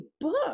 book